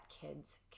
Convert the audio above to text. kids